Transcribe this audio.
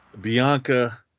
Bianca